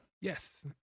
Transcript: Yes